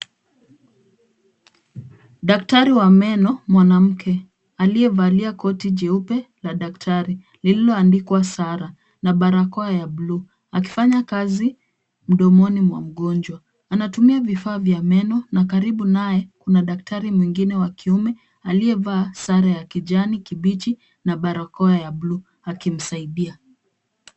Daktari wa meno mwanamke aliyevalia koti jeupe la daktari, lililoandikwa Sara na barakoa ya buluu akifanya kazi mdomoni mwa mgonjwa. Anatumia vifaa vya meno na karibu naye, kuna daktari mwingine wa kiume aliyevaa sare ya kijani kibichi na barakoa ya buluu akimsaidia .